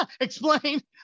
explain